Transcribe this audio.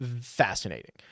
fascinating